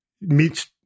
Meets